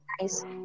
nice